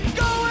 go